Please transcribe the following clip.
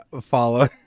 follow